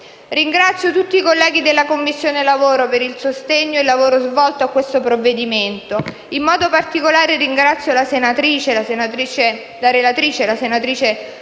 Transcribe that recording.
Ringrazio tutti i colleghi della Commissione lavoro per il sostegno e il lavoro svolto in questo provvedimento. In modo particolare ringrazio la relatrice, senatrice Annamaria Parente, per